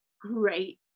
great